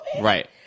right